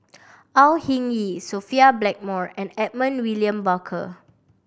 Au Hing Yee Sophia Blackmore and Edmund William Barker